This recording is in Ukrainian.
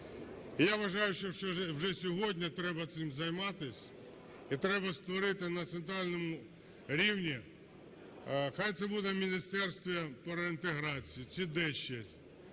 я вважаю, що вже сьогодні треба цим займатися і треба створити на центральному рівні, хай це буде в Міністерстві по реінтеграції чи десь ще,